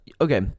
okay